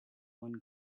one